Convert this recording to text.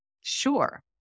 Sure